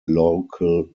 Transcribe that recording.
local